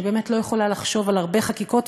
אני באמת לא יכולה לחשוב על הרבה חקיקות,